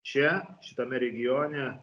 čia šitame regione